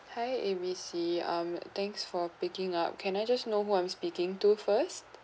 hi a b c mm thanks for picking up can I just know who I'm speaking to first